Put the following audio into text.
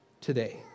today